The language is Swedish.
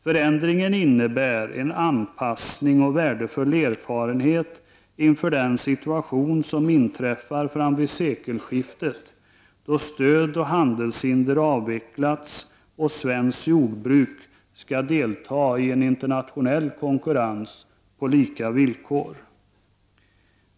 Förändringen innebär att vi anpassar oss till och skaffar oss värdefulla erfarenheter inför den situation som vi får framåt sekelskiftet, då stöd och handelshinder avvecklats och då det svenska jordbruket skall delta i en internationell konkurrens på lika villkor. Fru talman!